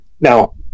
Now